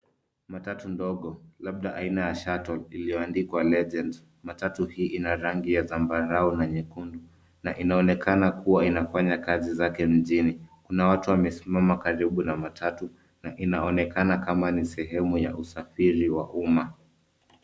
Matatu ndogo labda aina ya shuttle iliyoandikwa, legend. Matatu hii ina rangi ya zambarau na nyekundu na inaonekana kuwa inafanya kazi zake mjini. Kuna watu wamesimama karibu na matatu na inaonekana kama ni sehemu ya usafiri wa umma.